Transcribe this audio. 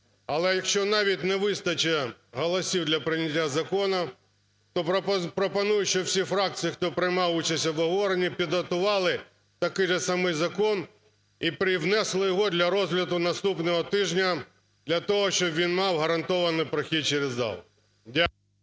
Але якщо навіть не вистачить голосів для прийняття закону, то пропоную, щоб всі фракції, хто приймав участь в обговоренні, підготували такий же самий закон і принесли його для розгляду наступного тижня для того, щоб він мав гарантований прохід через зал. Дякую.